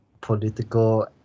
political